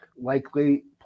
Likely